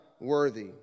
worthy